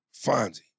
Fonzie